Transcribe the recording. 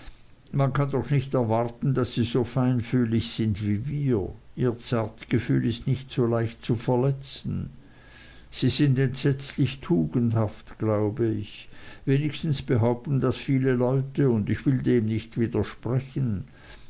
man kann doch nicht erwarten daß sie so feinfühlig sind wie wir ihr zartgefühl ist nicht so leicht zu verletzen sie sind entsetzlich tugendhaft glaube ich wenigstens behaupten das viele leute und ich will dem nicht widersprechen